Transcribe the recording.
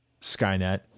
skynet